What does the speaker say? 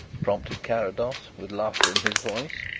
prompted carrados, with laughter in his voice.